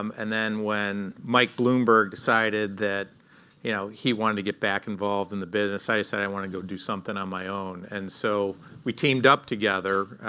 um and then when mike bloomberg decided that you know he wanted to get back involved in the business, i decided i wanted to go do something on my own. and so we teamed up together,